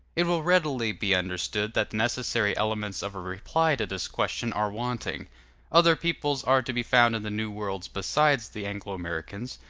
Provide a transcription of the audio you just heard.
it will readily be understood that the necessary elements of a reply to this question are wanting other peoples are to be found in the new world besides the anglo-americans,